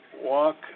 walk